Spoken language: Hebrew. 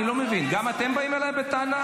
אני לא מבין, גם אתם באים אליי בטענה?